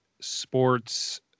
sports